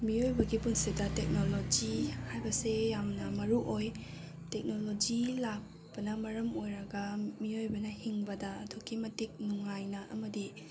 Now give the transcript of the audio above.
ꯃꯤꯑꯣꯏꯕꯒꯤ ꯄꯨꯟꯁꯤꯗ ꯇꯦꯛꯅꯣꯂꯣꯖꯤ ꯍꯥꯏꯕꯁꯦ ꯌꯥꯝꯅ ꯃꯔꯨ ꯑꯣꯏ ꯇꯦꯛꯅꯣꯂꯣꯖꯤ ꯂꯥꯛꯄꯅ ꯃꯔꯝ ꯑꯣꯏꯔꯒ ꯃꯤꯑꯣꯏꯕꯅ ꯍꯤꯡꯕꯗ ꯑꯗꯨꯛꯀꯤ ꯃꯇꯤꯛ ꯅꯨꯡꯉꯥꯏꯅ ꯑꯃꯗꯤ